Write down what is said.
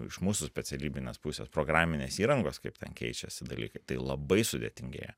iš mūsų specialybinės pusės programinės įrangos kaip ten keičiasi dalykai tai labai sudėtingėja